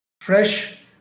fresh